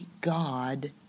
God